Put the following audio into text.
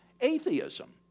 atheism